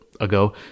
ago